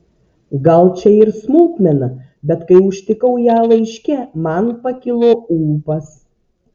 gal čia ir smulkmena bet kai užtikau ją laiške man pakilo ūpas